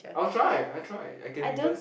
I'll try I try I can reverse